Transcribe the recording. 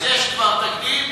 אז יש כבר תקדים,